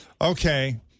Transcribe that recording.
Okay